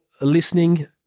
listening